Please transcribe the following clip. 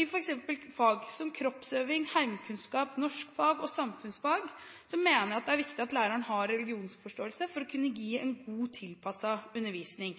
I f.eks. fag som kroppsøving, heimkunnskap, norskfag og samfunnsfag mener jeg det er viktig at læreren har religionsforståelse for å kunne gi en god, tilpasset undervisning.